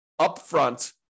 upfront